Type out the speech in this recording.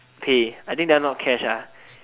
pay I think that one not cash ah